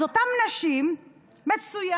אז אותן נשים מצוינות